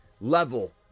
level